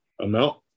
amount